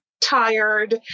tired